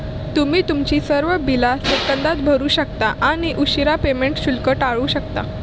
तुम्ही तुमची सर्व बिला सेकंदात भरू शकता आणि उशीरा पेमेंट शुल्क टाळू शकता